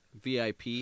VIP